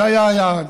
זה היה היעד,